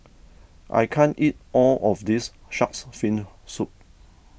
I can't eat all of this Shark's Fin Soup